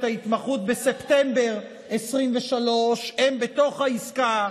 ההתמחות בספטמבר 2023 הם בתוך העסקה.